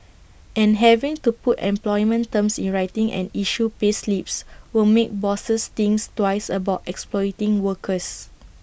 and having to put employment terms in writing and issue payslips will make bosses think twice about exploiting workers